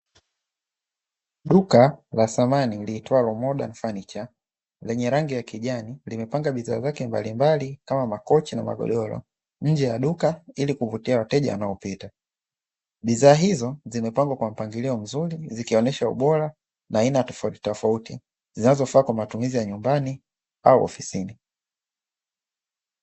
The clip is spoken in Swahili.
Duka la samani liitwalo "MODERN FURNITURES" lenye rangi ya kijani, limepanga bidhaa zake mbalimbali kama makochi na magodoro, nje ya duka ili kuvutia wateja wanaopita. Bidhaa hizo zimepangwa kwa mpangilio mzuri, zikionyesha ubora na aina tofautitofauti zinazofaa kwa matumizi ya nyumbani au ofisini.